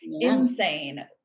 insane